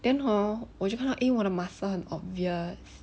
then hor 我就看到 eh 我的 muscle 很 obvious